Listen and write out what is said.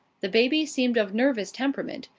the babies seemed of nervous temperament,